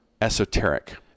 esoteric